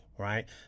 Right